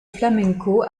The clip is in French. flamenco